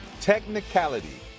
Technicality